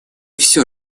все